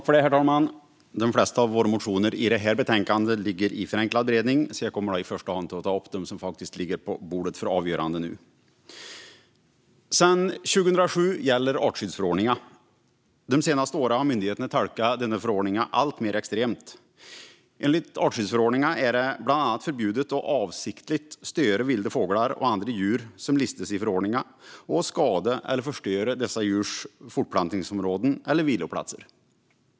Herr talman! De flesta av våra motioner i detta betänkande hanteras genom förenklad beredning, och därför jag kommer i första hand att ta upp dem som nu ligger på bordet för avgörande. Sedan 2007 gäller artskyddsförordningen. De senaste åren har myndigheterna tolkat denna förordning alltmer extremt. Enligt artskyddsförordningen är det bland annat förbjudet att avsiktligt störa vilda fåglar och andra djur som listas i förordningen och att skada eller förstöra dessa djurs fortplantningsområden eller viloplatser.